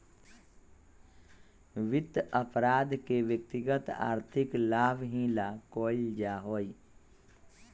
वित्त अपराध के व्यक्तिगत आर्थिक लाभ ही ला कइल जा हई